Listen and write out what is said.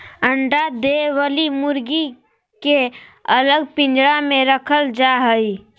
अंडा दे वली मुर्गी के अलग पिंजरा में रखल जा हई